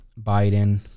Biden